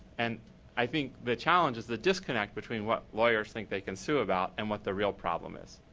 and i think the challenge is the disconnect between what lawyers think they can sue about and what the real problem is.